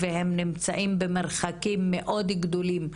והם נמצאים במרחקים מאוד גדולים,